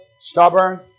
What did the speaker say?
stubborn